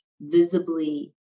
visibly